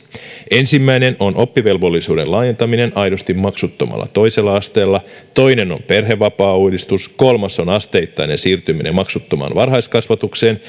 ensimmäinen on oppivelvollisuuden laajentaminen aidosti maksuttomalla toisella asteella toinen on perhevapaauudistus kolmas on asteittainen siirtyminen maksuttomaan varhaiskasvatukseen